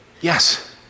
Yes